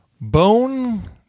Bone